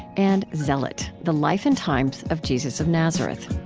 and zealot the life and times of jesus of nazareth